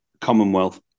Commonwealth